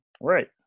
Right